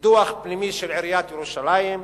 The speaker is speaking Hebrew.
דוח פנימי של עיריית ירושלים,